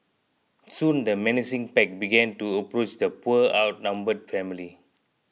soon the menacing pack began to approach the poor outnumbered family